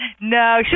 No